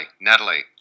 Natalie